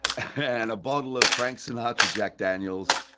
and a bottle of frank sinatra, jack daniels,